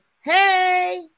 Hey